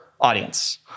audience